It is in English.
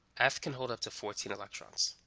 f can hold up to fourteen electrons